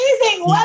amazing